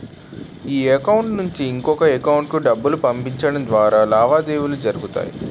ఈ అకౌంట్ నుంచి ఇంకొక ఎకౌంటుకు డబ్బులు పంపించడం ద్వారా లావాదేవీలు జరుగుతాయి